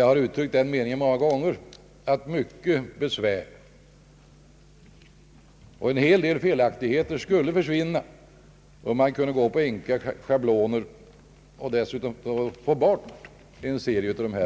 Jag har uttryckt den meningen många gånger att mycket besvär och en hel del felaktigheter skulle undvikas, om enkla schabloner kunde tillämpas och dessutom flertalet av dessa